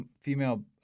female